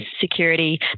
security